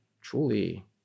truly